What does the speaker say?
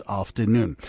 afternoon